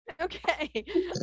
okay